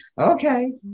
okay